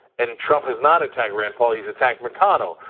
and trump has not attacked rand paul, he is attacked mcconnell.